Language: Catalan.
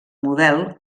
model